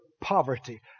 poverty